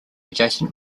adjacent